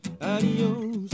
Adios